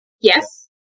yes